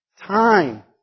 Time